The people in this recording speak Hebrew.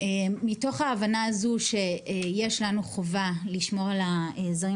מתוך ההבנה הזו שיש לנו חובה לשמור על הזרים